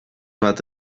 bat